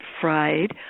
fried